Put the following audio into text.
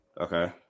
Okay